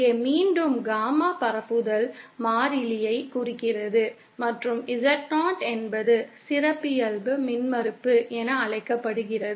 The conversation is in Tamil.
இங்கே மீண்டும் காமா பரப்புதல் மாறிலியைக் குறிக்கிறது மற்றும் Z0 என்பது சிறப்பியல்பு மின்மறுப்பு என அழைக்கப்படுகிறது